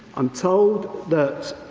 um told that